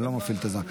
אני לא מפעיל את הזמן,